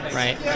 right